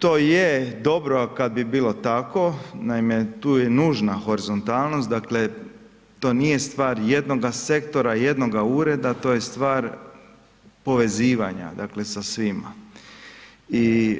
To je dobro kad bi bilo tako, naime, tu je nužna horizontalnost, dakle, to nije stvar jednoga sektora, jednoga ureda, to je stvar povezivanja dakle, sa svima i